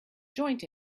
joint